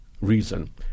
reason